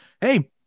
hey